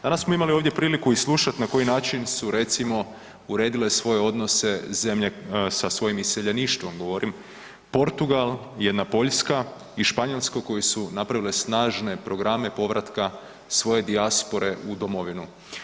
Danas smo imali ovdje priliku i slušati na koji način su, recimo, uredile svoje odnose zemlje sa svojim iseljeništvom, govorim, Portugal, jedna Poljska i Španjolska koje su napravile snažne programe povratka svoje dijaspore u domovinu.